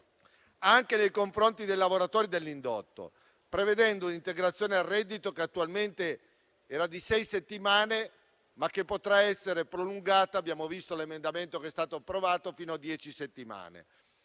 anche nei confronti dei lavoratori dell'indotto, prevedendo un'integrazione al reddito che, attualmente pari a sei settimane, potrà essere prolungata, grazie all'emendamento approvato, fino a dieci settimane.